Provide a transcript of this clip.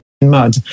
Mud